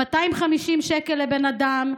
250 שקל לבן אדם,